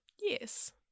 Yes